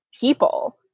people